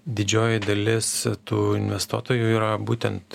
didžioji dalis tų investuotojų yra būtent